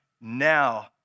now